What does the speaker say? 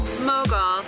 Mogul